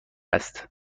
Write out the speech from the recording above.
است